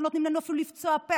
לא נותנים לנו אפילו לפצות פה.